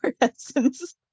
essence